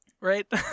right